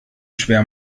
schwer